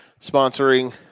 sponsoring